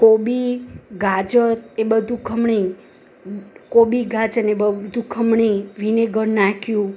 કોબી ગાજર એ બધું ખમણીને કોબી ગાજર ને એ બધું ખમણી વિનીગર નાખ્યું